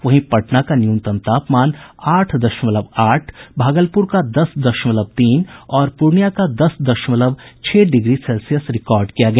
वहीं पटना का न्यूनतम तापमान आठ दशमलव आठ भागलपुर का दस दशमलव तीन और पूर्णियां का दस दशमलव छह डिग्री सेल्सियस रिकॉर्ड किया गया